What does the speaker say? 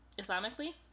Islamically